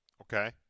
Okay